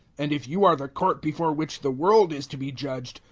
and if you are the court before which the world is to be judged,